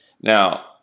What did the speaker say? Now